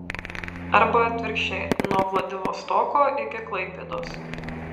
arba atvirkščiai nuo vladivostoko iki klaipėdos